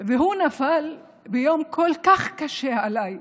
והוא נפל ביום כל כך קשה עליי,